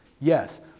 Yes